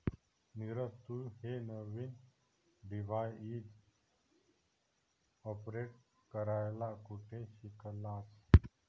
नीरज, तू हे नवीन डिव्हाइस ऑपरेट करायला कुठे शिकलास?